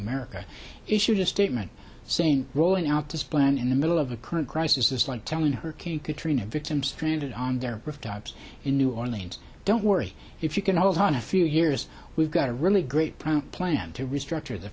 america issued a statement saying rolling out this plan in the middle of the current crisis is like telling her king katrina victims stranded on their rooftops in new orleans don't worry if you can hold on a few years we've got a really great product plan to restructure the